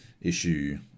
issue